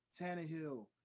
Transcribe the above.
Tannehill